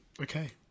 Okay